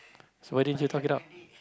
so why didn't you talk it out